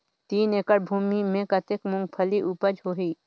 तीन एकड़ भूमि मे कतेक मुंगफली उपज होही?